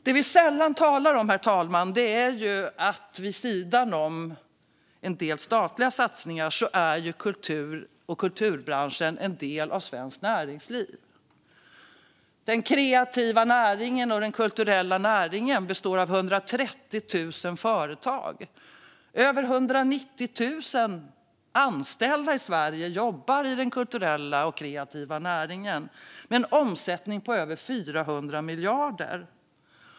Det man sällan talar om, herr talman, är att vid sidan om en del statliga satsningar är kultur och kulturbranschen en del av svenskt näringsliv. Den kreativa och kulturella näringen består av 130 000 företag. Över 190 000 anställda i Sverige jobbar i den kulturella och kreativa näringen med en omsättning på över 400 miljarder.